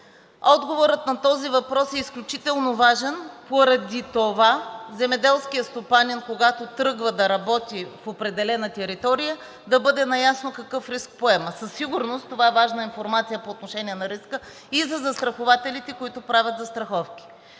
Отговорът на този въпрос е изключително важен поради това – земеделският стопанин, когато тръгва да работи в определена територия, да бъде наясно какъв риск поема. Със сигурност това е важна информация по отношение на риска и за застрахователите, които правят застраховки.